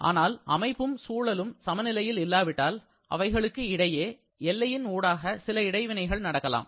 ஆனால் அமைப்பும் சூழலும் சமநிலையில் இல்லாவிட்டால் அவைகளுக்கு இடையே எல்லையின் ஊடாக சில இடைவினைகள் நடக்கலாம்